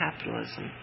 capitalism